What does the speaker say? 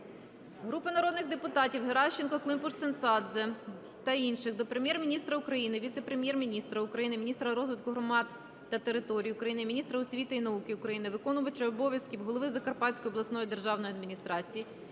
Групи народних депутатів (Геращенко, Климпуш-Цинцадзе та інших) до Прем'єр-міністра України, віце-прем'єр-міністра України - міністра розвитку громад та територій України, міністра освіти і науки України, виконувача обов'язків голови Закарпатської обласної державної адміністрації